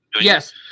Yes